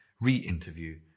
re-interview